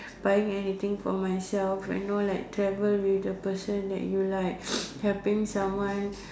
buying anything for myself and go like travel with the person that you like helping someone